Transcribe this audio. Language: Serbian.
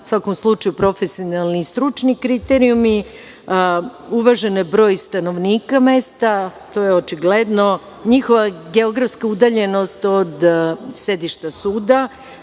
u svakom slučaju profesionalni i stručni kriterijumi, uvaženi broj stanovnika mesta, to je očigledno njihova geografska udaljenost od sedišta suda,